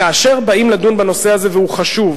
כאשר באים לדון בנושא הזה, והוא חשוב,